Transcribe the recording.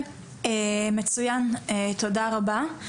מצויין, תודה רבה.